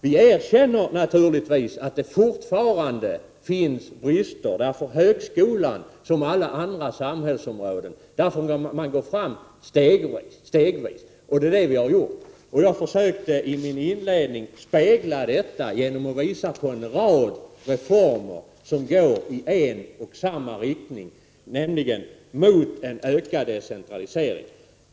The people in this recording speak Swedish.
Vi erkänner naturligtvis att det fortfarande finns brister. I högskolan som på alla samhällsområden får man gå fram stegvis. Det är det vi har gjort. Jag försökte i min inledning spegla detta genom att visa på en rad reformer som går i en och samma riktning, nämligen mot en ökad decentralisering.